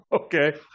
okay